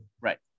right